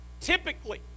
typically